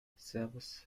servus